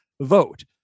vote